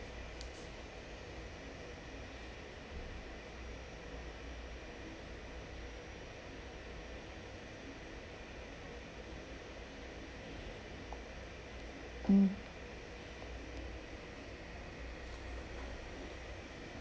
mm